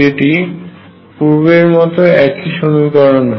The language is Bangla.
যেটি পুর্বের মত একই সমিকরণ হয়